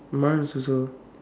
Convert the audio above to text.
my one is also